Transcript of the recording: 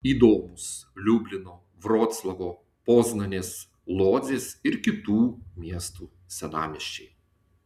įdomūs liublino vroclavo poznanės lodzės ir kitų miestų senamiesčiai